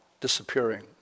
disappearing